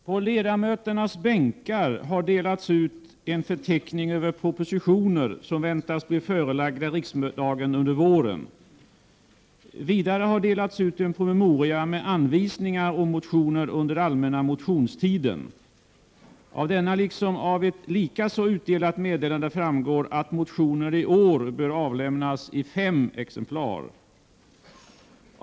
På ledamöternas bänkar har delats ut en förteckning över propositioner som väntas bli förelagda riksdagen under våren. Vidare har det delats ut en promemoria med anvisning om motioner under allmänna motionstiden. Av denna liksom av ett likaså utdelat meddelande framgår att motioner i år bör avlämnas i fem exemplar.